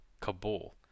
Kabul